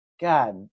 God